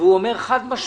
הוא אומר חד-משמעית